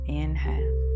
inhale